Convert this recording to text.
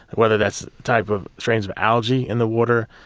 whether that's types of strains of algae in the water,